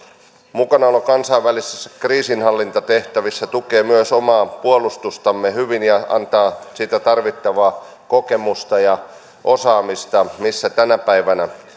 mukanaolo kansainvälisissä kriisinhallintatehtävissä tukee myös omaa puolustustamme hyvin ja antaa sitä tarvittavaa kokemusta ja osaamista missä tänä päivänä